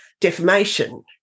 defamation